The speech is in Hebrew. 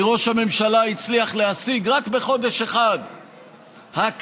כי ראש הממשלה הצליח להשיג רק בחודש אחד הכרה